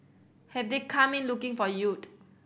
have they come in looking for yield